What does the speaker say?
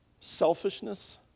selfishness